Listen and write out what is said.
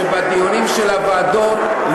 שבדיונים של הוועדות,